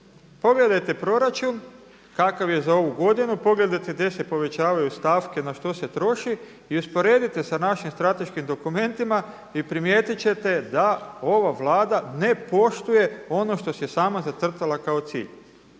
Pogledajte proračun kakav je za ovu godinu, pogledajte gdje se povećavaju stavke, na što se troši i usporedite sa našim strateškim dokumentima i primijetit ćete da ova Vlada ne poštuje ono što si je sama zacrtala kao cilj.